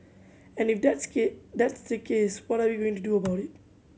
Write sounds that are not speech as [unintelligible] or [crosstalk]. and if that's [unintelligible] that's the case what are we going to do about it